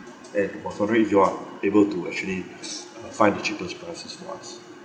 and was wondering if you are able to actually uh find the cheapest prices wise